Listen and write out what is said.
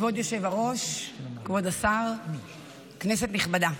כבוד היושב-ראש, כבוד השר, כנסת נכבדה,